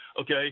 okay